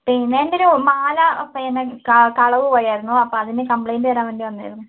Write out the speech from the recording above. പിന്നെ എന്റൊരു മാല പിന്നെ കള കളവ് പോയായിരുന്നു അപ്പോൾ അതിന് കംപ്ലൈൻറ്റ് തരാൻ വേണ്ടി വന്നതായിരുന്നു